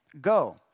Go